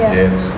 yes